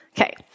Okay